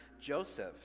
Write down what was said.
Joseph